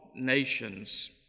nations